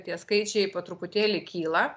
tie skaičiai po truputėlį kyla